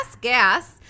gas